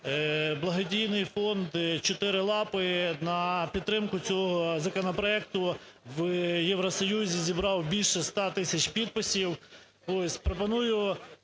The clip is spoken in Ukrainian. Благодійний фонд "Чотири лапи" на підтримку цього законопроекту в Євросоюзі зібрав більше 100 тисяч підписів.